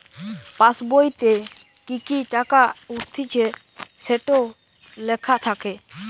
পাসবোইতে কি কি টাকা উঠতিছে সেটো লেখা থাকে